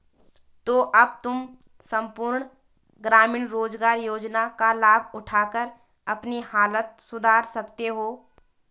तो अब तुम सम्पूर्ण ग्रामीण रोज़गार योजना का लाभ उठाकर अपनी हालत सुधार सकते हो